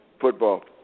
football